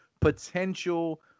potential